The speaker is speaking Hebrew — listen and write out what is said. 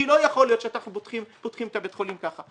לא יכול להיות שאנחנו פותחים את בית החולים כך.